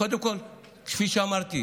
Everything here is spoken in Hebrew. קודם כול, כפי שאמרתי,